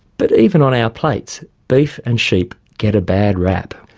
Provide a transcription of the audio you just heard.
but even on our plates beef and sheep get a bad rap.